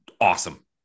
awesome